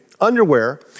underwear